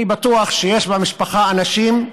אני בטוח שיש במשפחה אנשים,